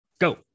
Go